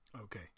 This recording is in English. Okay